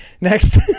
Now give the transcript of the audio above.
next